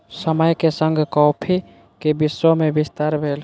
समय के संग कॉफ़ी के विश्व में विस्तार भेल